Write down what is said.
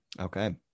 Okay